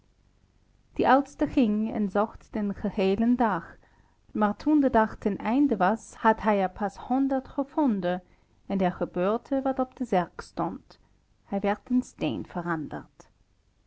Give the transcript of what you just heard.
oudste ging en zocht den geheelen dag maar toen de dag ten einde was had hij er pas honderd gevonden en er gebeurde wat op de zerk stond hij werd in steen veranderd